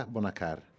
Bonacar